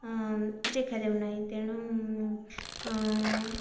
ଦେଖାଯାଉ ନାହିଁ ତେଣୁ